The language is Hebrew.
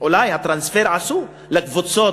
אולי טרנספר עשו לקבוצות,